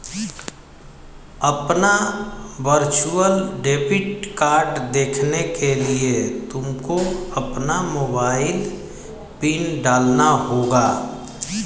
अपना virtual debit card देखने के लिए तुमको अपना मोबाइल पिन डालना होगा